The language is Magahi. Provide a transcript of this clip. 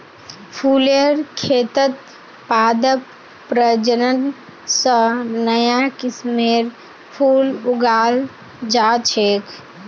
फुलेर खेतत पादप प्रजनन स नया किस्मेर फूल उगाल जा छेक